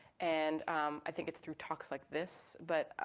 and i think it's through talks like this. but